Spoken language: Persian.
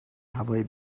هوای